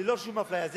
ללא שום אפליה.